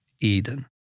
Eden